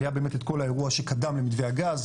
היה באמת את כל האירוע שקדם למתווה הגז,